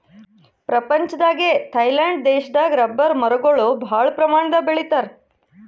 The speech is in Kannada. ಪ್ರಪಂಚದಾಗೆ ಥೈಲ್ಯಾಂಡ್ ದೇಶದಾಗ್ ರಬ್ಬರ್ ಮರಗೊಳ್ ಭಾಳ್ ಪ್ರಮಾಣದಾಗ್ ಬೆಳಿತಾರ್